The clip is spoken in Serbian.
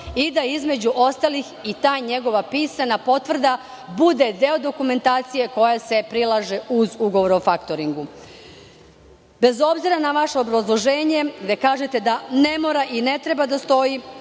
i da ta njegova pisana potvrda bude deo dokumentacije koja se prilaže uz ugovor o faktoringu. Bez obzira na vaše obrazloženje, gde kažete da ne mora i ne treba da stoji,